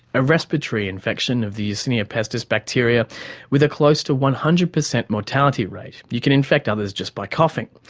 a respiratory infection of the yersinia pestis bacteria with a close to one hundred percent mortality rate. you can infect others just by coughing.